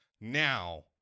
now